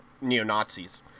neo-Nazis